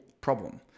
problem